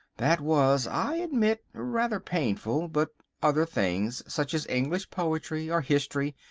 that was, i admit, rather painful, but other things, such as english poetry or history,